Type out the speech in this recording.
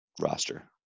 roster